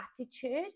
attitude